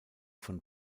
von